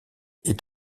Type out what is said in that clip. est